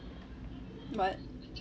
what